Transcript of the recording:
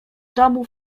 domu